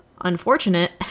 unfortunate